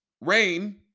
rain